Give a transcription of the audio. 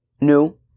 new